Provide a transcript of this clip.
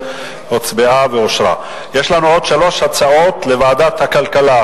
הסבא שלי קנה דירה